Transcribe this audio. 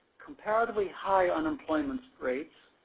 comparatively high on employments rate